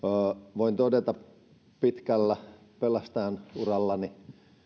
voin todeta pitkällä pelastajanurallani